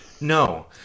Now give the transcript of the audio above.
no